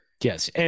Yes